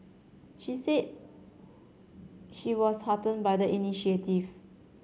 she said she was hearten by the initiative